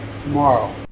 tomorrow